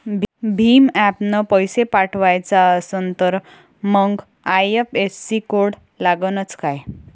भीम ॲपनं पैसे पाठवायचा असन तर मंग आय.एफ.एस.सी कोड लागनच काय?